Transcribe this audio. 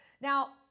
Now